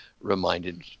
reminded